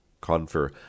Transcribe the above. Confer